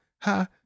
ha